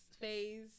phase